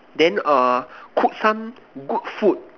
then err cook some good food